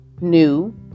new